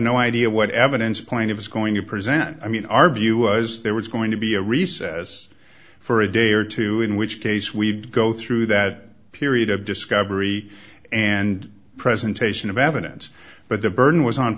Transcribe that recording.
no idea what evidence point is going to present i mean our view was there was going to be a recess for a day or two in which case we go through that period of discovery and presentation of evidence but the burden was on